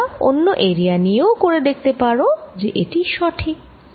তোমরা অন্য এরিয়া নিয়েও করে দেখতে পারো যে এটি সঠিক